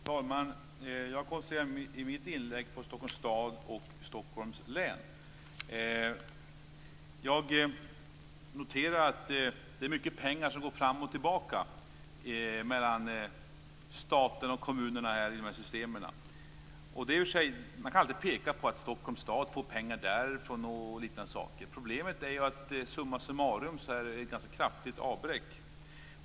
Fru talman! Jag koncentrerar mig i mitt inlägg på Stockholms stad och Stockholms län. Jag noterar att det är mycket pengar som går fram och tillbaka mellan staten och kommunerna i dessa system. Man kan alltid peka på att Stockholms stad får pengar därifrån. Problemet är att det summa summarum är ett ganska kraftigt avbräck.